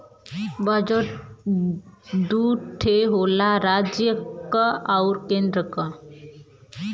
budget दू ठे होला राज्य क आउर केन्द्र क